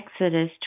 Exodus